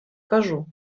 кажу